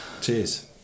Cheers